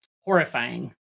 horrifying